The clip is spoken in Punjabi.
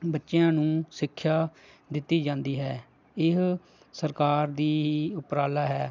ਬੱਚਿਆਂ ਨੂੰ ਸਿੱਖਿਆ ਦਿੱਤੀ ਜਾਂਦੀ ਹੈ ਇਹ ਸਰਕਾਰ ਦਾ ਹੀ ਉਪਰਾਲਾ ਹੈ